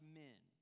men